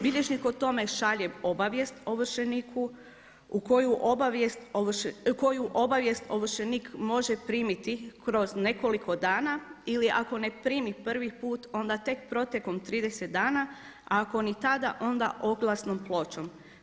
Bilježnik o tome šalje obavijest ovršeniku koju obavijest ovršenik može primiti kroz nekoliko dana ili ako ne primi prvi put onda tek protekom 30 dana, a ako ni tada onda oglasnom pločom.